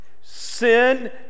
Sin